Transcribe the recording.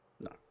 No